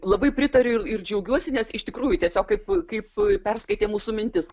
labai pritariu ir džiaugiuosi nes iš tikrųjų tiesiog kaip kaip perskaitė mūsų mintis